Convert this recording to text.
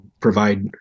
provide